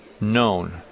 known